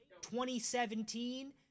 2017